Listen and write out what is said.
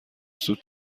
زود